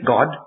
God